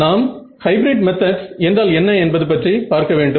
நாம் hybrid methods என்றால் என்ன என்பது பற்றி பார்க்க வேண்டும்